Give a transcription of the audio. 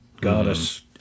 Goddess